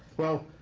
well,